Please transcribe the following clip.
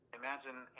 imagine